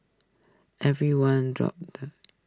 everyone dropped the